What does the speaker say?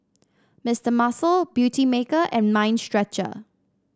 Mister Muscle Beautymaker and Mind Stretcher